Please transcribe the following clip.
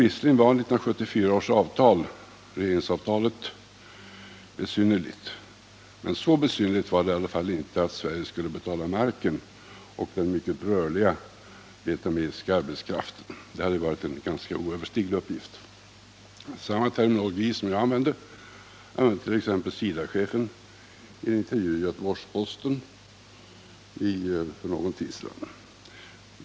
Visserligen var 1974 års regeringsavtal besynnerligt men ändå inte så besynnerligt att Sverige skulle betala marken och den mycket rörliga vietnamesiska arbetskraften. Det hade varit en oöverstiglig uppgift. Samma terminologi som jag använder använde t.ex. SIDA-chefen i en intervju i Göteborgs-Posten för någon tid sedan.